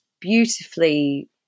beautifully